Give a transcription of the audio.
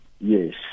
Yes